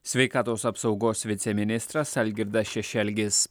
sveikatos apsaugos viceministras algirdas šešelgis